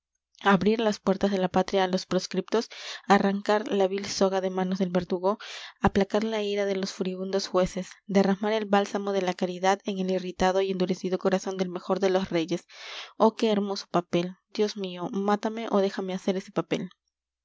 abrir las puertas de la patria a los proscriptos arrancar la vil soga de manos del verdugo aplacar la ira de los furibundos jueces derramar el bálsamo de la caridad en el irritado y endurecido corazón del mejor de los reyes oh qué hermoso papel dios mío mátame o déjame hacer ese papel